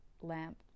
lamp